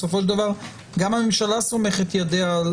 בסופו של דבר גם הממשלה סומכת ידיה על